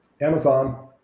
Amazon